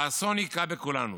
האסון הכה בכולנו.